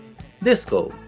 disco,